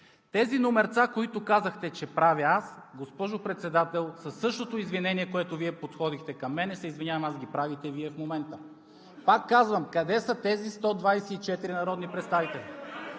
Тези номерца, които казахте, че правя аз, госпожо Председател, със същото извинение, с което Вие подходихте към мен – аз се извинявам, правите Вие в момента. Пак казвам: къде са тези 124 народни представители?